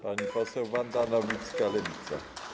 Pani poseł Wanda Nowicka, Lewica.